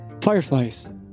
Fireflies